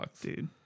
Dude